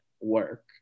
work